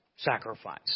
Sacrifice